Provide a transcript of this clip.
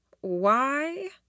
why